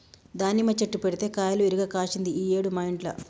దానిమ్మ చెట్టు పెడితే కాయలు ఇరుగ కాశింది ఈ ఏడు మా ఇంట్ల